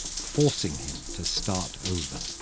forcing him to start over